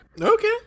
Okay